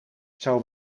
zou